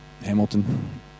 Hamilton